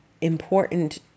important